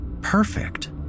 Perfect